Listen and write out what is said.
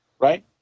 right